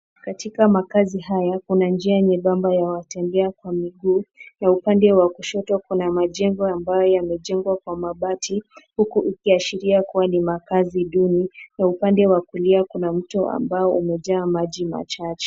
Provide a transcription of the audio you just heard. Katika makazi haya, kuna njia nyembamba ya watembea kwa miguu na upande wa kushoto kuna majengo ambayo yamejengwa kwa mabati, huku ukiashiria kuwa ni makazi duni, na upande wa kulia kuna mto ambao umejaa maji machafu.